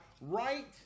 right